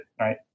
right